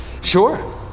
Sure